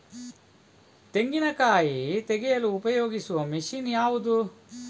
ತೆಂಗಿನಕಾಯಿ ತೆಗೆಯಲು ಉಪಯೋಗಿಸುವ ಮಷೀನ್ ಯಾವುದು?